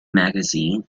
magazine